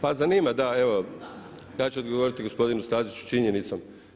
Pa zanima, da evo ja ću odgovoriti gospodinu Staziću činjenicom.